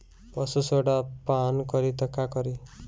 पशु सोडा पान करी त का करी?